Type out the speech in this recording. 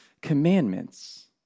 commandments